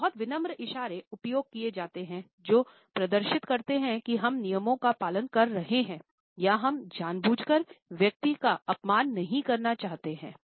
तो बहुत विनम्र इशारे उपयोग किए जाते हैं जो प्रदर्शित करते है कि हम नियमों का पालन कर रहे हैं या हम जानबूझकर व्यक्ति का अपमान नहीं करना चाहते हैं